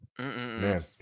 Man